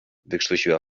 wykrztusiła